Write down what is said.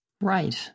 right